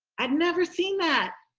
i'd never seen that.